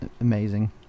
Amazing